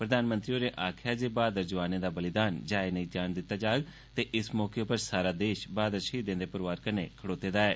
प्रधानमंत्री होरें आक्खेया ऐ जे बहाद्र जवानें दा बलिदान जाया नेंई जान दिती जाग ते इस मौके पर सारा देश बहाद्र शहीदें दे परोआर कन्नै खड़ौते दा ऐ